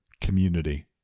community